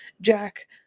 Jack